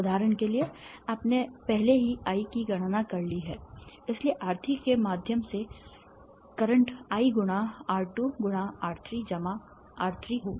उदाहरण के लिए आपने पहले ही I की गणना कर ली है इसलिए R3 के माध्यम से धारा I गुणा R2 गुणा R3 जमा R3 होगी